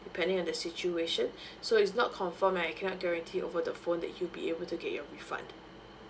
depending on the situation so it's not confirmed and I cannot guarantee over the phone that you'll be able to get your refund